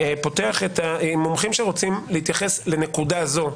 מומחים שרוצים להתייחס לנקודה זאת,